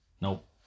Nope